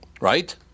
Right